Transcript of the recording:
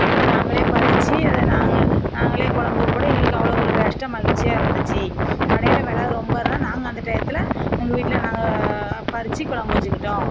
இப்போ நாங்களே பறிச்சு அது நாங்கள் நாங்களே கொழம்புக்கு போட்டு எங்களுக்கு அவ்வளோ ஒரு டேஸ்ட்டாக மகிழ்ச்சியா இருந்துச்சு கடையில் வெலை ரொம்ப இருந்தால் நாங்கள் அந்த டயத்துல உங்கள் வீட்டில் நாங்கள் பறிச்சு கொழம்பு வச்சுக்கிட்டோம்